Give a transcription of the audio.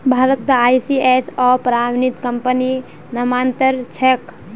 भारतत आई.एस.ओ प्रमाणित कंपनी नाममात्रेर छेक